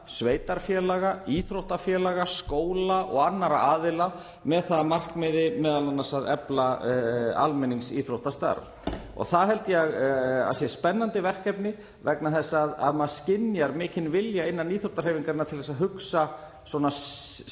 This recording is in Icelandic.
sveitarfélaga, íþróttafélaga, skóla og annarra aðila með það að markmiði m.a. að efla almenningsíþróttastarf. Ég held að það sé spennandi verkefni vegna þess að maður skynjar mikinn vilja innan íþróttahreyfingarinnar til að hugsa um sjálfa